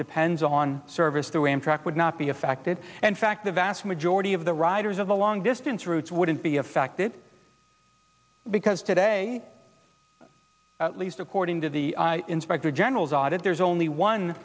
depends on service to amtrak would not be affected and fact the vast majority of the riders of the long distance routes wouldn't be affected because today at least according to the inspector general's audit there's only one